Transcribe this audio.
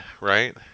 right